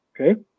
okay